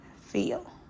feel